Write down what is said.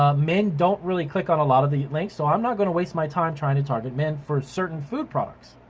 ah men don't really click on a lot of the links so i'm not gonna waste my time trying to target men for certain food products.